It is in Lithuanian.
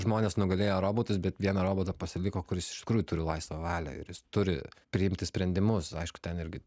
žmonės nugalėjo robotus bet vieną robotą pasiliko kuris iš tikrųjų turi laisvą valią ir jis turi priimti sprendimus aišku ten irgi